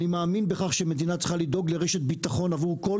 אני מאמין בכך שמדינה צריכה לדאוג לרשת ביטחון עבור כל